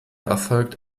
erfolgt